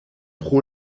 pro